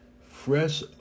Fresh